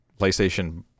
PlayStation